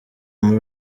muri